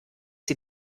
sie